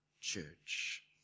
church